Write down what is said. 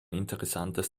interessantes